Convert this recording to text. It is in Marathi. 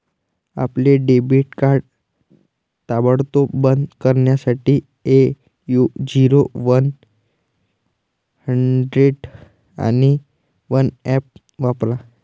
आपले डेबिट कार्ड ताबडतोब बंद करण्यासाठी ए.यू झिरो वन हंड्रेड आणि वन ऍप वापरा